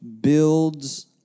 builds